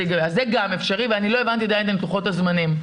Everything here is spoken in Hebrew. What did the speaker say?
-- -אז זה גם אפשרי ולא הבנתי עדיין את לוחות הזמנים.